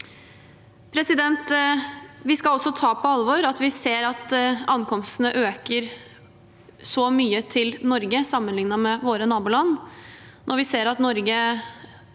grad. Vi skal også ta på alvor at vi ser at ankomstene øker så mye til Norge sammenlignet med våre naboland.